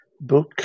book